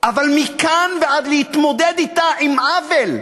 אבל מכאן ועד להתמודד אתה עם עוול,